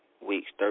weeks